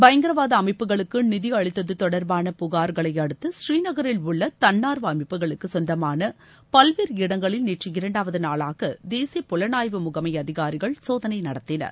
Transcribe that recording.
பயங்கரவாத அமைப்புகளுக்கு நிதி அளித்தது தொடர்பான புகார்களை அடுத்து புறீநகரில் உள்ள தன்னார்வ அமைப்புகளுக்கு சொந்தமான பல்வேறு இடங்களில் நேற்று இரண்டாவது நாளாகதேசிய புலனாய்வு முகமை அதிகாரிகள் சோதனை நடத்தினார்